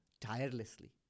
tirelessly